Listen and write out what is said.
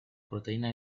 proteína